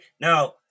now